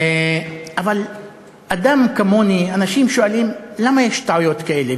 אבל אדם כמוני, אנשים שואלים: למה יש טעויות כאלה?